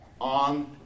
on